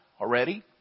already